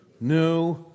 New